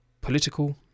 Political